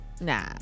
Nah